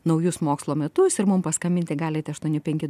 naujus mokslo metus ir mum paskambinti galite aštuoni penki